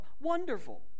wonderful